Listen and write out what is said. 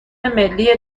ملی